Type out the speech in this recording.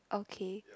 okay